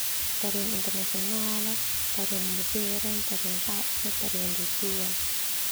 Tarian internasional, tarian modern, tarian ritual.